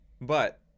But-